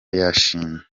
yashimiye